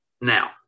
Now